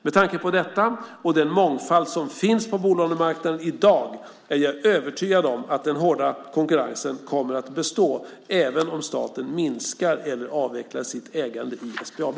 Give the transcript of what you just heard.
Med tanke på detta och den mångfald som finns på bolånemarknaden i dag är jag övertygad om att den hårda konkurrensen kommer att bestå även om staten minskar eller avvecklar sitt ägande i SBAB.